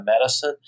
medicine